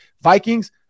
Vikings